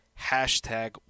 Hashtag